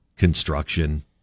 construction